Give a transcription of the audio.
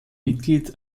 mitglied